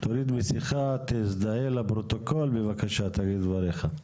תוריד מסכה, תזדהה לפרוטוקול, בבקשה תגיד דבריך.